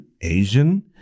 Asian